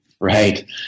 Right